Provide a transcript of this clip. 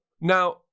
Now